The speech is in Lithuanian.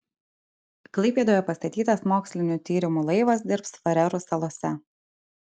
klaipėdoje pastatytas mokslinių tyrimų laivas dirbs farerų salose